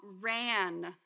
ran